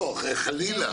לא, חלילה.